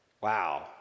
Wow